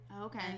Okay